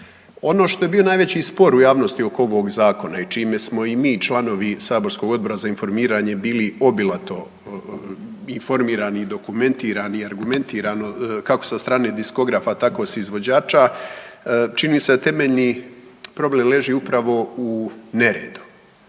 Ono što je bio najveći spor u javnosti oko ovoga Zakona i čime smo i mi članovi saborskog Odbora za informiranje bili obilato informirani, i dokumentirani i argumentirano kako sa strane diskografa tako i s izvođača čini se da temeljni problem leži upravo u neredu,